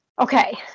Okay